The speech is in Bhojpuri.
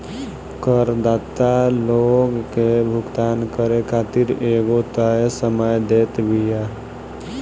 करदाता लोग के भुगतान करे खातिर एगो तय समय देत बिया